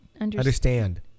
Understand